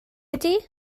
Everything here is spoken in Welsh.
ydy